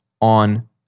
on